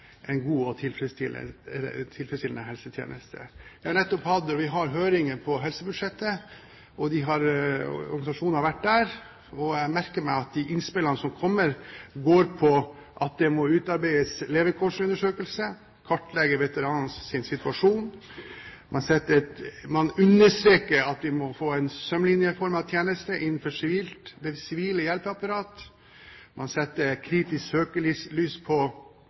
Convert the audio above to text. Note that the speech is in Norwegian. en god og tilfredsstillende helsetjeneste. Vi har nettopp hatt, og vi har, høringer om helsebudsjettet, og organisasjonene har vært der. Jeg merker meg at de innspillene som kommer, går på at man må utarbeide levekårsundersøkelser og kartlegge veteranenes situasjon. Man understreker at vi må få en strømlinjeformet tjeneste innenfor det sivile hjelpeapparat, man må sette kritisk søkelys på